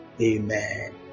Amen